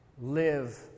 live